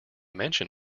mention